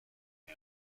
new